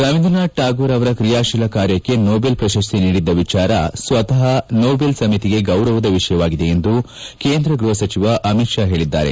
ರವೀಂದ್ರನಾಥ್ ಠಾಗೂರ್ ಅವರ ಕ್ರಿಯಾಶೀಲ ಕಾರ್ಕಕ್ಷೆ ನೋಬೆಲ್ ಪ್ರಶಸ್ನಿ ನೀಡಿದ್ದ ವಿಚಾರ ಸ್ನತಃ ನೋಬೆಲ್ ಸಮಿತಿಗೆ ಗೌರವದ ವಿಷಯವಾಗಿದೆ ಎಂದು ಕೇಂದ್ರ ಗೈಹ ಸಚಿವ ಅಮಿತ್ ಶಾ ಹೇಳಿದ್ದಾರೆ